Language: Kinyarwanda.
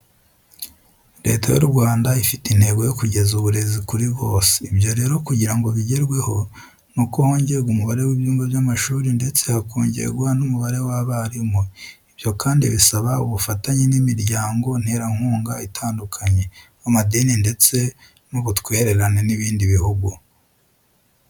Leta y'u Rwanda ifite intego yo kugeza uburezi kuri bose, ibyo rero kugira ngo bigerweho, nuko hongerwa umubare w'ibyumba by'amashuri ndetse hakongerwa n'umubare w'abarimu. Ibyo kandi bisaba ubufatanye n'imiryango nterankunga itandukanye, amadini ndetse n'ubutwererane n'ibindi bihugu.